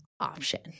option